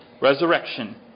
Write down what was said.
resurrection